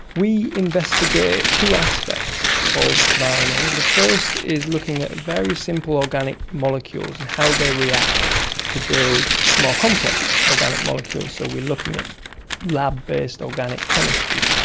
we investigate two aspects of ah rna. the first is looking at very simple organic molecules and how they react to build more complex organic molecules. so we are looking at lab-based organic chemistry,